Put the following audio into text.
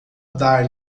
dar